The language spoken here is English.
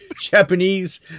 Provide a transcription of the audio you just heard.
Japanese